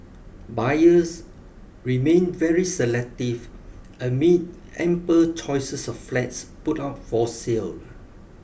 buyers remain very selective amid ample choices of flats put up for sale